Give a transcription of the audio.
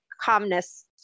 calmness